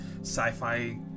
sci-fi